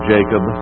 Jacob